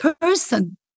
person